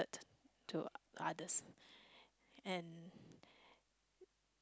to others and